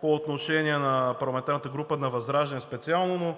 по отношение на парламентарната група на ВЪЗРАЖДАНЕ специално, но